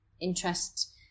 interest